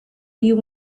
you